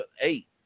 eight